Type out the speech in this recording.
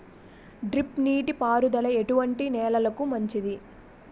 Drip నీటి పారుదల ఎటువంటి నెలలకు మంచిది?